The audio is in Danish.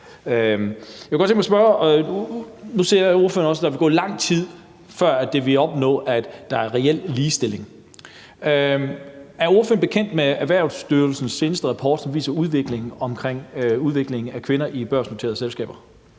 Nu siger ordføreren også, at der vil gå lang tid, før man vil opnå, at der er reel ligestilling. Er ordføreren bekendt med Erhvervsstyrelsens seneste rapport, som viser udviklingen omkring kvinder i børsnoterede selskaber?